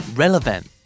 relevant